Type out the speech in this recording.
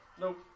Nope